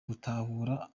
gutahura